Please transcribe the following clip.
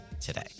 today